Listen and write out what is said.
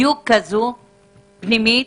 בדיוק כזו, פנימית?